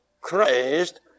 Christ